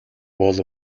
бол